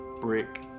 brick